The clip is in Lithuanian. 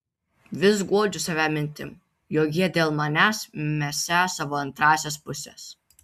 vis guodžiu save mintim jog jie dėl manęs mesią savo antrąsias puses